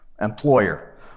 employer